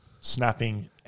Snapping